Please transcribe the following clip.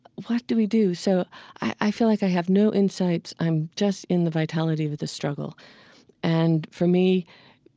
what do we do? so i feel like i have no insights. i'm just in the vitality with the struggle and for me,